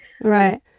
Right